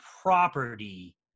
property